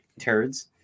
turds